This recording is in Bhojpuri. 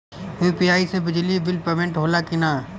यू.पी.आई से बिजली बिल पमेन्ट होला कि न?